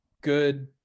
good